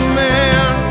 man